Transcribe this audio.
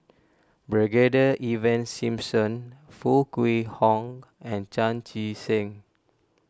Brigadier Ivan Simson Foo Kwee Horng and Chan Chee Seng